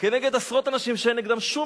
הוגשו כנגד עשרות אנשים שאין נגדם שום